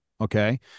okay